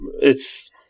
It's-